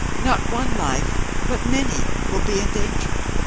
not one life, but many, will be endangered.